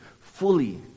fully